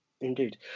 indeed